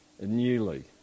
newly